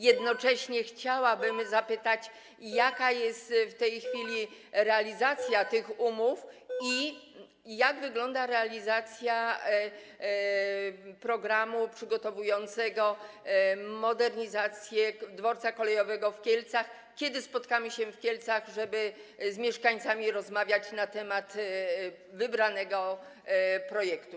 Jednocześnie chciałabym zapytać, jak jest w tej chwili z realizacją tych umów, jak wygląda realizacja programu przygotowującego modernizację dworca kolejowego w Kielcach i kiedy spotkamy się w Kielcach, żeby z mieszkańcami rozmawiać na temat wybranego projektu.